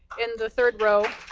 in the third row.